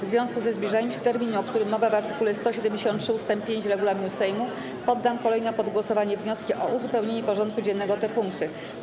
W związku ze zbliżaniem się terminu, o którym mowa w art. 173 ust. 5 regulaminu Sejmu, poddam kolejno pod głosowanie wnioski o uzupełnienie porządku dziennego o te punkty.